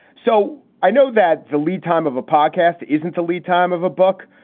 so i know that the lead time of a podcast isn't the lead time of a book,